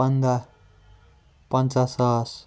پَنٛداہ پَنٛژاہ ساس